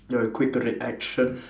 you're quick to reaction